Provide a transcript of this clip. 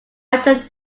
after